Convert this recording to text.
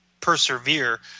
persevere